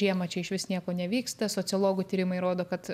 žiemą čia išvis nieko nevyksta sociologų tyrimai rodo kad